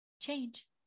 Change